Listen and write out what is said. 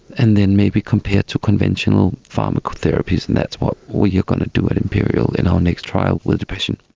and then maybe compared to conventional pharmacotherapy is, and that's what we are going to do at imperial in our next trial with depression.